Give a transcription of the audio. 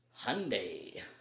Hyundai